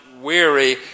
weary